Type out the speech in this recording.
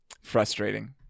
frustrating